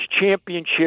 championship